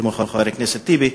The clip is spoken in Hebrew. כמו חבר הכנסת טיבי,